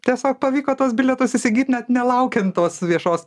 tiesiog pavyko tuos bilietus įsigy net nelaukiant tos viešos